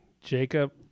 Jacob